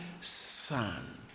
son